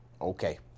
okay